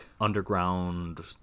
underground